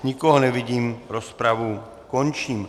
Nikoho nevidím, rozpravu končím.